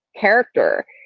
character